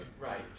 Right